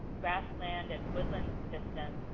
grassland and woodland systems,